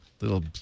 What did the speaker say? little